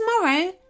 tomorrow